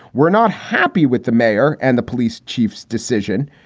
were not happy with the mayor and the police chief's decision.